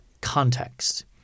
context